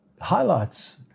highlights